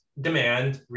demand